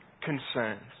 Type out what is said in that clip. concerns